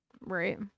Right